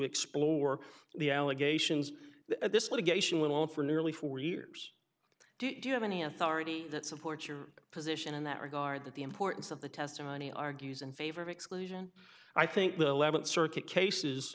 explore the allegations this litigation went on for nearly four years do you have any authority that supports your position in that regard that the importance of the testimony argues in favor of exclusion i think